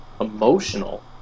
emotional